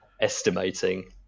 estimating